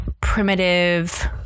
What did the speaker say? primitive